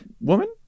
woman